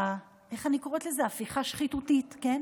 איך אני קוראת לזה, בהפיכה שחיתותית, כן?